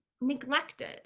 neglected